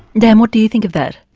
dan, what do you think of that?